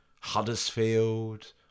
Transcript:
Huddersfield